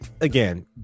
again